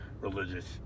religious